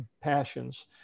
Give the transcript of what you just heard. passions